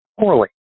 poorly